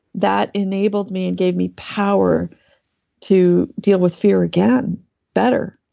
that enabled me and gave me power to deal with fear again better.